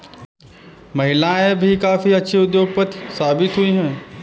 महिलाएं भी काफी अच्छी उद्योगपति साबित हुई हैं